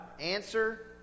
Answer